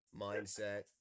mindset